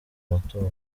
matora